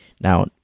Now